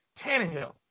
Tannehill